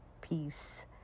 Peace